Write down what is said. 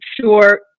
sure